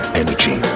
energy